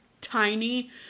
tiny